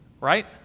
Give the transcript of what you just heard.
right